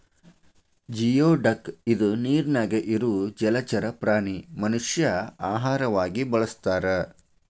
geoduck ಇದ ನೇರಿನ್ಯಾಗ ಇರು ಜಲಚರ ಪ್ರಾಣಿ ಮನಷ್ಯಾ ಆಹಾರವಾಗಿ ಬಳಸತಾರ